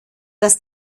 dass